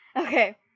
okay